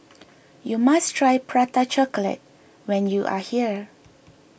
you must try Prata Chocolate when you are here